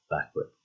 backward